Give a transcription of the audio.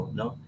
no